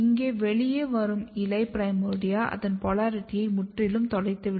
இங்கே வெளியே வரும் இலை பிரைமோர்டியா அதன் போலாரிட்டியை முற்றிலும் தொலைத்துவிடும்